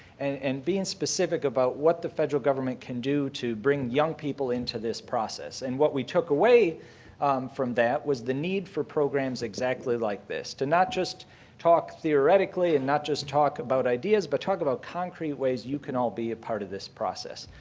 and and being specific about what the federal government can do to bring young people into this process. and what we took away from that was the need for programs exactly like this. to not just talk theoretically and not just talk about ideas, but talk about concrete ways you can all be a part of this process.